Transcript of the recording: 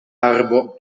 arbo